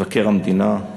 מבקר המדינה,